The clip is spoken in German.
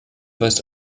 weist